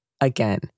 Again